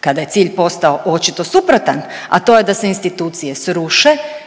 kada je cilj postao očito suprotan, a to je da se institucije sruše,